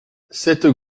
cette